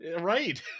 Right